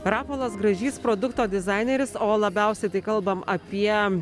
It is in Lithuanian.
rapolas gražys produkto dizaineris o labiausiai tai kalbam apie